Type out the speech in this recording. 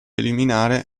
eliminare